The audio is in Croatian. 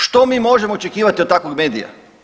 Što mi možemo očekivati od takvog medija?